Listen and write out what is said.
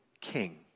King